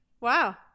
Wow